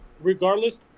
regardless